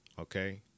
okay